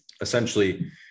essentially